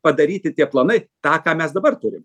padaryti tie planai tą ką mes dabar turim